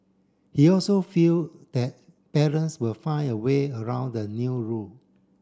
he also feel that parents will find a way around the new rule